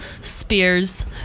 spears